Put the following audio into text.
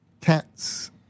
cats